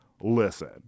listen